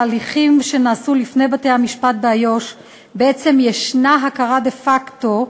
בהליכים שנעשו לפני בתי-המשפט באיו"ש בעצם ישנה הכרה דה-פקטו,